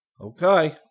Okay